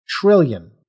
Trillion